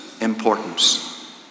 importance